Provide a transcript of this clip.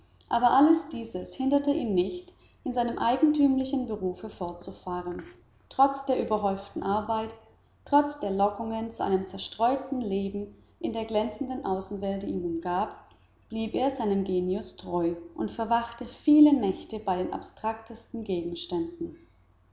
aber alles dieses hinderte ihn nicht in seinem eigentümlichen berufe fortzufahren trotz der überhäuften arbeit trotz der lockungen zu einem zerstreuten leben in der glänzenden außenwelt die ihn umgab blieb er seinem genius treu und verwachte viele nächte bei den abstraktesten gegenständen